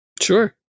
Sure